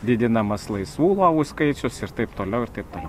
didinamas laisvų lovų skaičius ir taip toliau ir taip toliau